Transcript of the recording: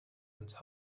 uns